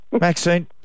Maxine